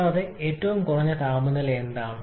കൂടാതെ ഏറ്റവും കുറഞ്ഞ താപനില എന്താണ്